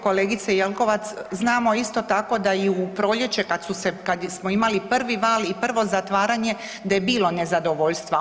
Kolegice Jelkovac znamo isto tako da i u proljeće kad su se, kad smo imali prvi val i prvo zatvaranje da je bilo nezadovoljstva.